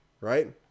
right